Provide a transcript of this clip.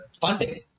funding